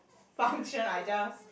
function I just